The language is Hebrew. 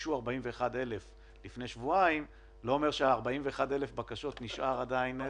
שביקשו 41,000 לפני שבועיים לא אומר ש-41,000 בקשות נשארו עדיין.